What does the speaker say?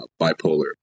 bipolar